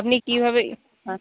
আপনি কীভাবে হ্যাঁ